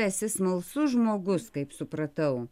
esi smalsus žmogus kaip supratau